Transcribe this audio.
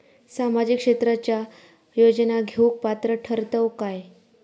सामाजिक क्षेत्राच्या योजना घेवुक पात्र ठरतव काय?